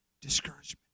Discouragement